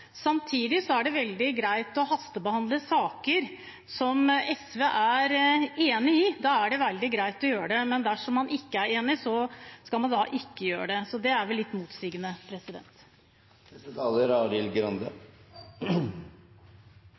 samtidig som det er veldig greit å hastebehandle saker som SV er enig i – da er det veldig greit å gjøre det. Men dersom man ikke er enig, så skal man ikke gjøre det. Det er vel litt motsigende.